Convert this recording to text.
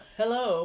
hello